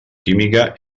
química